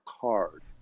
card